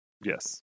Yes